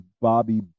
Bobby